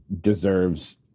deserves